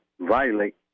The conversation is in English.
violate